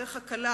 הדרך הקלה,